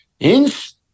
Hence